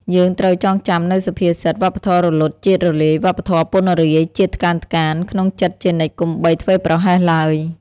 យើងត្រូវចងចាំនូវសុភាសិត «វប្បធម៌រលត់ ជាតិរលាយ វប្បធម៌ពណ្ណរាយ ជាតិថ្កើងថ្កាន» ក្នុងចិត្តជានិច្ចកុំបីធ្វេសប្រហែសឡើយ។